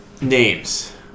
names